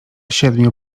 siedmiu